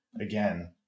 again